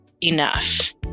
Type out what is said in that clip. enough